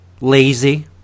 lazy